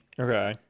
Okay